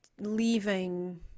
leaving